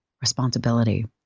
responsibility